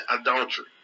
adultery